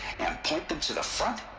and point them to the front?